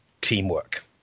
teamwork